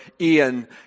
Ian